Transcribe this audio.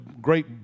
great